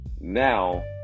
now